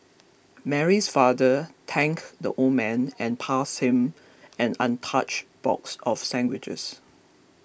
mary's father thanked the old man and passed him an untouched box of sandwiches